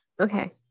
Okay